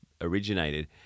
originated